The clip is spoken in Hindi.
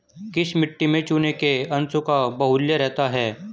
किस मिट्टी में चूने के अंशों का बाहुल्य रहता है?